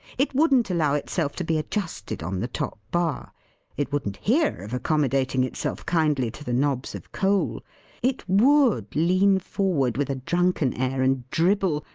it wouldn't allow itself to be adjusted on the top bar it wouldn't hear of accommodating itself kindly to the knobs of coal it would lean forward with a drunken air, and dribble,